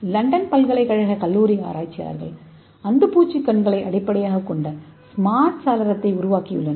London பல்கலைக்கழக கல்லூரி ஆராய்ச்சியாளர்கள் அந்துப்பூச்சி கண்களை அடிப்படையாகக் கொண்ட ஸ்மார்ட் சாளரத்தை உருவாக்கியுள்ளனர்